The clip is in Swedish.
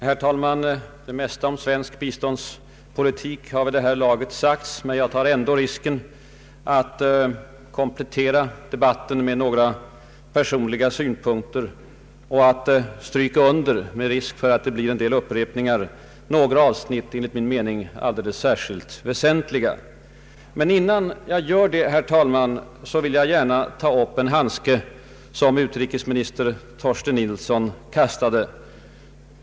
Herr talman! Det mesta om svensk biståndspolitik har vid det här laget sagts, men jag tar ändå risken att komplettera debatten med några personliga synpunkter och att — vilket kan innebära en del upprepningar — stryka under några avsnitt, som enligt min mening är alldeles särskilt väsentliga. Men innan jag gör det, herr talman, vill jag gärna ta upp en handske som utrikesminister Torsten Nilsson kastade.